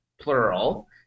plural